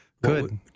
Good